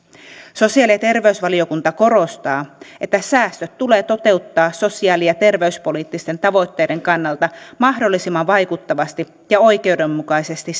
sosiaali ja terveysvaliokunta korostaa että säästöt tulee toteuttaa sosiaali ja terveyspoliittisten tavoitteiden kannalta mahdollisimman vaikuttavasti ja oikeudenmukaisesti